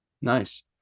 Nice